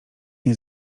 nie